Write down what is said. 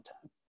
time